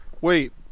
wait